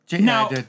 Now